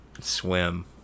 Swim